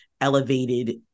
elevated